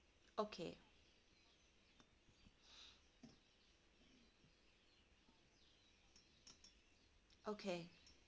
okay okay